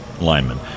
linemen